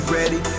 ready